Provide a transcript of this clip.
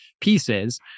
pieces